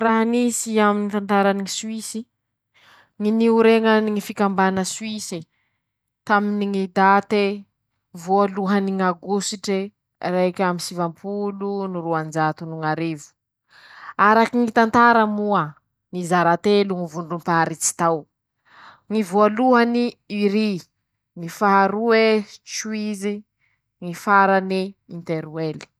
Ra nisy aminy tantarany Soisy: ñy nioreñany fikambaña Soisy taminy ñy date voalohany ñ'aogositre raik'amby sivampolo no roanjato no ñ'arivo, araky ñy tantara moa, nizara telo ñy vondromparitsy tao, ñy voalohany Iry, faha roe Soizy, ñy farany Interiôdy.